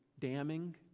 damning